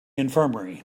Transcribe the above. infirmary